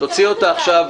תוציאו אותה עכשיו.